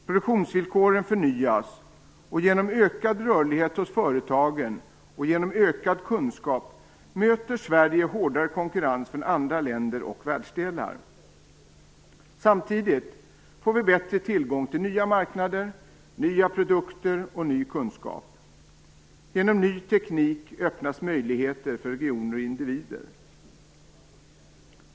Produktionsvillkoren förnyas och genom ökad rörlighet hos företagen och genom ökad kunskap möter Sverige hårdare konkurrens från andra länder och världsdelar. Samtidigt får vi bättre tillgång till nya marknader, nya produkter och ny kunskap. Genom ny teknik öppnas möjligheter för regioner och individer.